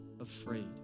afraid